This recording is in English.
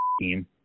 team